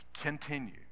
Continue